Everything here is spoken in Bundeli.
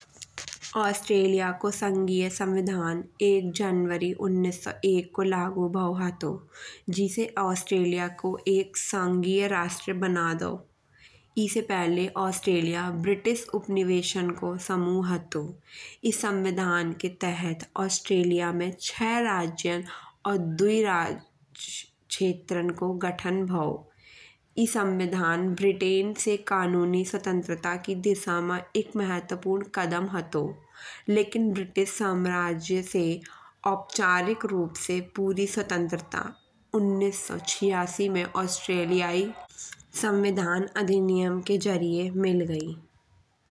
ऑस्ट्रेलिया को संघीय संविधान एक जनवरी उन्नीस सौ एक को लागू भो हतो। जिसे ऑस्ट्रेलिया को एक संघीय राष्ट्र बना दओ। इसे पहिले ऑस्ट्रेलिया ब्रिटिश उपनिवेशन को समुह हतो। ई संविधान के तहत ऑस्ट्रेलिया में छै राजयन और दुइ क्षेत्रन को गठन भो। ई संविधान ब्रिटेन से कानून की स्वतंत्रता की दिशा मा महत्वपूर्ण कदम हतो। लेकिन ब्रिटिश साम्राज्य से औपचारिक रूप से पूरी स्वतंत्रता उन्नीस सौ छियासी में ऑस्ट्रेलियाई संविधान अधिनियम के जरिये मिल गई।